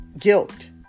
guilt